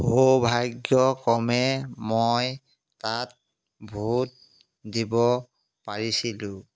সৌভাগ্যক্ৰমে মই তাত ভোট দিব পাৰিছিলোঁ